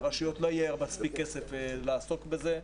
ברשויות לא יהיה מספיק כסף לעסוק בזה.